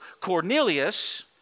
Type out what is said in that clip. Cornelius